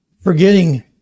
forgetting